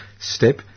step